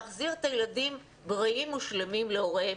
להחזיר את הילדים בריאים ושלמים להוריהם.